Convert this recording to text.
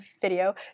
video